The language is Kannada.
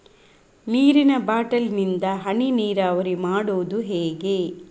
ನೀರಿನಾ ಬಾಟ್ಲಿ ಇಂದ ಹನಿ ನೀರಾವರಿ ಮಾಡುದು ಹೇಗೆ?